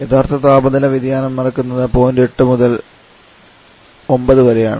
യഥാർത്ഥ താപനില വ്യതിയാനം നടക്കുന്നത് പോയിൻറ് 8 മുതൽ 9 വരെയാണ്